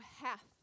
half